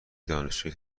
دانشجوی